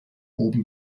oben